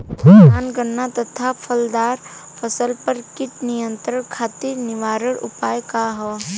धान गन्ना तथा फलदार फसल पर कीट नियंत्रण खातीर निवारण उपाय का ह?